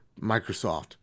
Microsoft